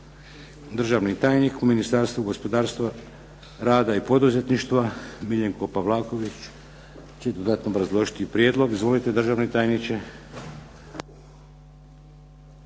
Državni tajnik u Ministarstvu gospodarstva, rada i poduzetništva Miljenko Pavlaković će dodatno obrazložiti prijedlog. Izvolite državni tajniče.